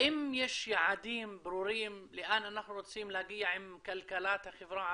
האם יש יעדים ברורים לאן אנחנו רוצים להגיע עם כלכלת החברה הערבית?